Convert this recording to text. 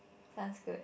sounds good